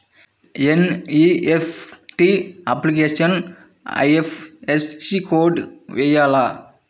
NEFT అప్లికేషన్లో IFSC code వేయాలా?